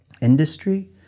industry